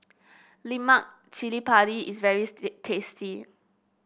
Lemak Cili Padi is very tasty